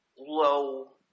low